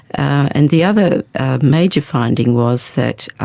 and the other major finding was that